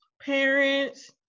parents